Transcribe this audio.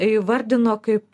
įvardino kaip